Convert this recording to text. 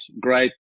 great